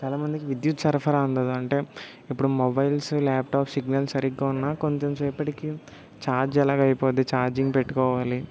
చాలామందికి విద్యుత్ సరఫరా అందదు అంటే ఇప్పుడు మొబైల్స్ ల్యాప్టాప్ సిగ్నల్స్ సరిగ్గా ఉన్నా కొంచం సేపటికి ఛార్జ్ ఎలాగ అయిపోద్ది ఛార్జింగ్ పెట్టుకోవాలి